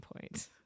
point